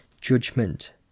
judgment